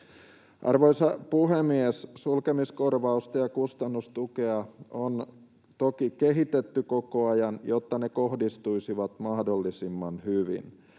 Arvoisa puhemies! Sulkemiskorvausta ja kustannustukea on toki kehitetty koko ajan, jotta ne kohdistuisivat mahdollisimman hyvin.